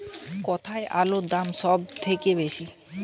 কোথায় আলুর দাম সবথেকে বেশি?